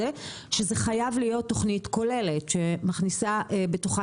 זו חייבת להיות תוכנית כוללת שמכניסה בתוכה